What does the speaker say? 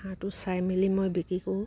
হাঁহটো চাই মেলি মই বিক্ৰী কৰোঁ